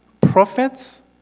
prophets